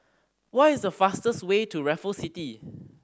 what is the fastest way to Raffles City